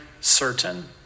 certain